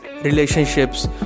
relationships